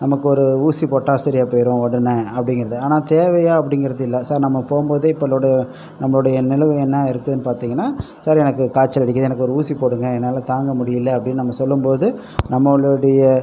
நமக்கு ஒரு ஊசி போட்டால் சரியா போயிடும் உடனே அப்படிங்கறது ஆனால் தேவையா அப்படிங்கிறது இல்லை சார் நம்ம போகும் போது இப்போ லொட நம்மளுடைய நினைவு என்ன இருக்குனு பார்த்திங்கன்னா சார் எனக்கு காய்ச்சல் அடிக்குது எனக்கு ஒரு ஊசி போடுங்க என்னால் தாங்க முடியல அப்படினு நம்ம சொல்லும் போது நம்மளுடைய